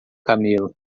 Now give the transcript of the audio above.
camelo